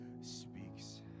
speaks